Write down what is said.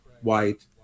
white